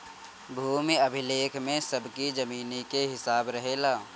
भूमि अभिलेख में सबकी जमीनी के हिसाब रहेला